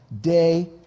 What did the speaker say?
day